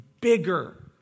bigger